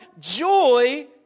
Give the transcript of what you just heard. joy